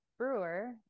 brewer